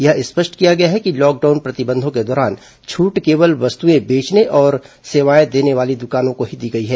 यह स्पष्ट किया गया है कि लॉकडाउन प्रतिबंधों के दौरान छूट केवल वस्तुएं बेचने और सेवाएं देने वाली दुकानों को ही दी गई है